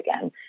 again